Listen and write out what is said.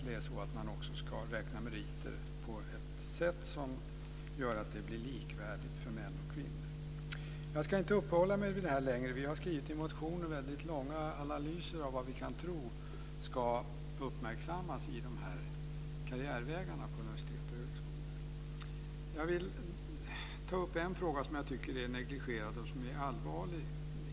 Då ska meriter räknas på ett sätt som gör det likvärdigt för män och kvinnor. Jag ska inte uppehålla mig länge vid detta. Vi har i våra motioner skrivit långa analyser av vad vi tror ska uppmärksammas i fråga om karriärvägarna på universitet och högskolor. Jag vill ta upp en fråga som är allvarlig men som har negligerats.